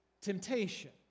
temptation